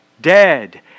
dead